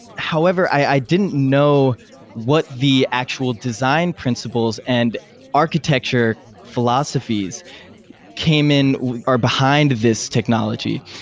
however, i didn't know what the actual design principles and architecture philosophies came in or behind this technology.